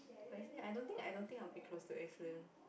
but Evelyn I don't think I don't think I will be close to Evelyn